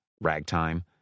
ragtime